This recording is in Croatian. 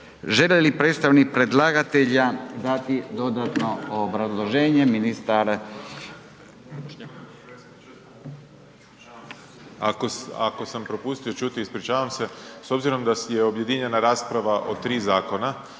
Želi li predstavnik predlagatelja dati dodatno obrazloženje? Ministar … **Grbin, Peđa (SDP)** Ako sam propustio čuti ispričavam se, s obzirom da se objedinjena rasprava o tri zakona,